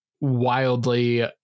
wildly